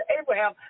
Abraham